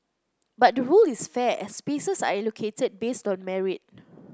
but the rule is fair as spaces are allocated based on merit